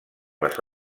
les